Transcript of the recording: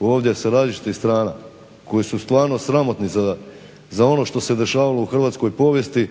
ovdje sa različitih strana, koji su stvarno sramotni za ono što se dešavalo u hrvatskoj povijesti,